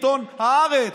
עיתון הארץ,